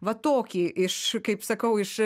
va tokį iš kaip sakau iš